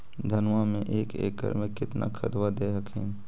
धनमा मे एक एकड़ मे कितना खदबा दे हखिन?